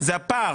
זה הפער.